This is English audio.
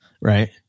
Right